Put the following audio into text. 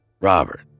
Robert